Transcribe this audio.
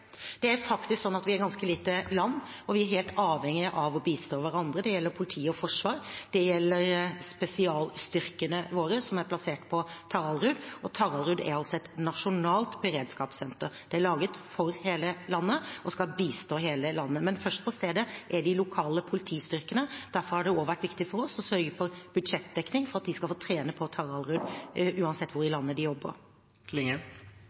er faktisk et ganske lite land, og vi er helt avhengige av å bistå hverandre. Det gjelder politi og forsvar, og det gjelder spesialstyrkene våre, som er plassert på Taraldrud. Taraldrud er et nasjonalt beredskapssenter. Det er laget for hele landet og skal bistå hele landet. Men først på stedet er de lokale politistyrkene. Derfor har det også vært viktig for oss å sørge for budsjettdekning for at de skal få trene på Taraldrud, uansett hvor i landet de jobber. Statsråden har rett i at Noreg på eit vis er